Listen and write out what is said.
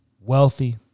Wealthy